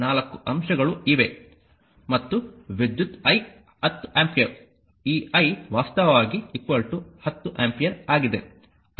4 ಅಂಶಗಳು ಇವೆ ಮತ್ತು ವಿದ್ಯುತ್ I 10 ಆಂಪಿಯರ್ ಈ I ವಾಸ್ತವವಾಗಿ 10 ಆಂಪಿಯರ್ ಆಗಿದೆ